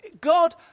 god